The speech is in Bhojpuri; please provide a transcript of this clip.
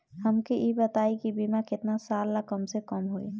हमके ई बताई कि बीमा केतना साल ला कम से कम होई?